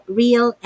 real